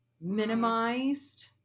minimized